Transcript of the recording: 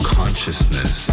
consciousness